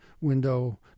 window